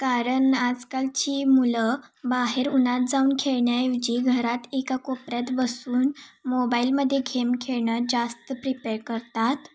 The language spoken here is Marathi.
कारण आजकालची मुलं बाहेर उन्हात जाऊन खेळण्याऐवजी घरात एका कोपऱ्यात बसून मोबाईलमध्ये गेम खेळणं जास्त प्रिपेअर करतात